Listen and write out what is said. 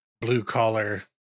blue-collar